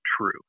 true